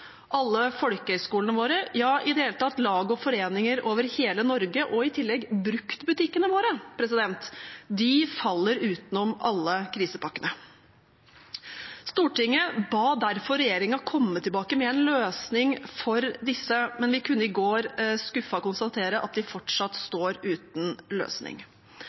alle folkehøyskolene våre, ja i det hele tatt lag og foreninger over hele Norge og i tillegg bruktbutikkene våre – de faller utenom alle krisepakkene. Stortinget ba derfor regjeringen komme tilbake med en løsning for disse, men vi kunne i går skuffet konstatere at de fortsatt står uten løsning.